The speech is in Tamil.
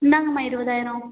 இந்தாங்கமா இருபதாயிரம்